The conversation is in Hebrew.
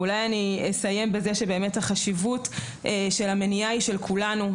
אולי אסיים בזה שהחשיבות של המניעה היא של כולנו,